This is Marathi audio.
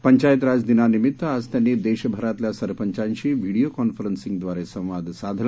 पंचायतराज दिनानिमित्त आज त्यांनी देशभरातल्या सरपंचांशी व्हीडीओ कॉन्फरन्सिंगद्वारे संवाद साधला